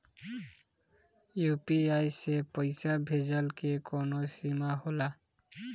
UPI से पईसा भेजल के कौनो सीमा होला?